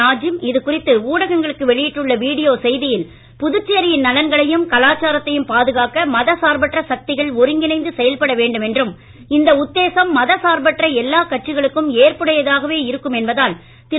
நாஜிம் இது குறித்து ஊடகங்களுக்கு வெளியிட்டுள்ள வீடியோ செய்தியில் புதுச்சேரியின் நலன்களையும் கலாச்சாரத்தையும் பாதுகாக்க மத சார்பற்ற சக்திகள் ஒருங்கிணைந்து செயல்பட வேண்டும் என்றும் இந்த உத்தேசம் மத சார்பற்ற எல்லா கட்சிகளுக்கும் ஏற்புடையதாகவே இருக்கும் என்பதால் திரு